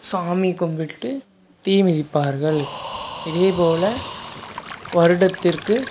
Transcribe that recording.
சாமி கும்பிட்டு தீ மிதிப்பார்கள் இதே போல் வருடத்திற்கு